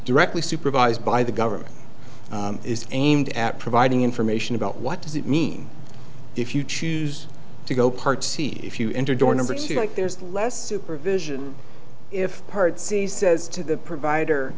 directly supervised by the government is aimed at providing information about what does it mean if you choose to go part see if you enter door number two like there's less supervision if heard see says to the provider